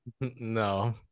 No